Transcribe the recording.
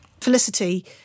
Felicity